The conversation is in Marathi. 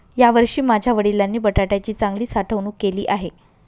यावर्षी माझ्या वडिलांनी बटाट्याची चांगली साठवणूक केली आहे